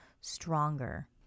stronger